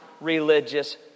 religious